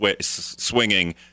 swinging